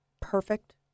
perfect